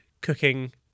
cooking